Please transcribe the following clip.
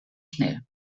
schnell